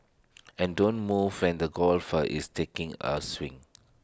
and don't move when the golfer is taking A swing